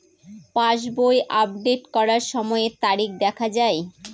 পাসবই update করার সময়ে তারিখ দেখা য়ায়?